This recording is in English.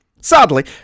Sadly